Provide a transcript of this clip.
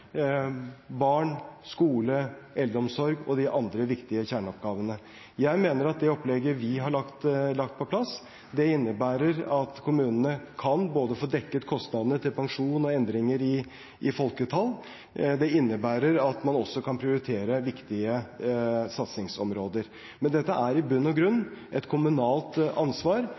barn, skole, eldreomsorg og de andre viktige kjerneoppgavene. Jeg mener at det opplegget vi har lagt på plass, innebærer at kommunene kan få dekket kostnadene forbundet med både pensjon og endringer i folketall. Det innebærer at man også kan prioritere viktige satsingsområder. Men dette er i bunn og grunn et kommunalt ansvar,